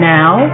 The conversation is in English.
now